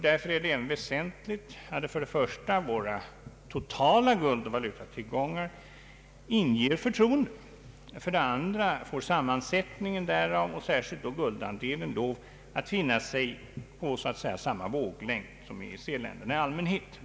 Därför är det väsentligt, för det första att våra totala guldoch valutatillgångar inger förtroende och för det andra att sammansättningen därav och särskilt guldandelen befinner sig på samma våglängd som för EEC länderna i allmänhet.